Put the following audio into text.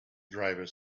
driver